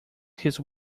his